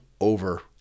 over